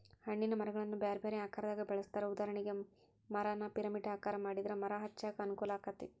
ಹಣ್ಣಿನ ಮರಗಳನ್ನ ಬ್ಯಾರ್ಬ್ಯಾರೇ ಆಕಾರದಾಗ ಬೆಳೆಸ್ತಾರ, ಉದಾಹರಣೆಗೆ, ಮರಾನ ಪಿರಮಿಡ್ ಆಕಾರ ಮಾಡಿದ್ರ ಮರ ಹಚ್ಚಾಕ ಅನುಕೂಲಾಕ್ಕೆತಿ